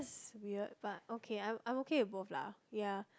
weird but okay I'm I'm okay with both lah ya